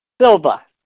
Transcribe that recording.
Silva